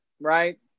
right